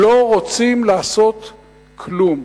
לא רוצים לעשות כלום.